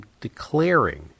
declaring